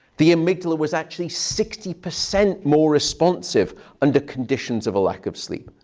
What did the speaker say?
the amygdala was actually sixty percent more responsive under conditions of a lack of sleep.